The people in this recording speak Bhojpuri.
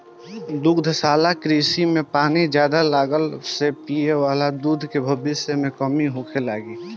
दुग्धशाला कृषि में पानी ज्यादा लगला से पिये वाला पानी के भविष्य में कमी होखे लागि